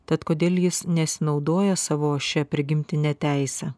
tad kodėl jis nesinaudoja savo šia prigimtine teise